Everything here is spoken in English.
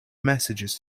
messages